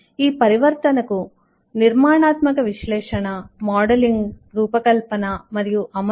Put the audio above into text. ఈ పరివర్తనకు నిర్మాణాత్మక విశ్లేషణ స్ట్రక్చర్డ అనాలిసిస్ structured analysis మోడలింగ్ రూపకల్పన డిజైన్ design మరియు అమలుఇంప్లిమెంటేషన్ implementation